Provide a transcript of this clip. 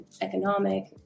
economic